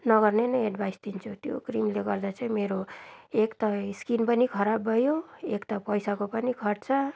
नगर्ने नै एडभाइस दिन्छु त्यो क्रिमले गर्दा चाहिँ मेरो एक त स्किन पनि खराब भयो एक त पैसाको पनि खर्च